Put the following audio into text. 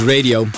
Radio